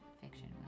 fiction